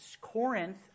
Corinth